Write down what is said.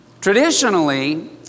Traditionally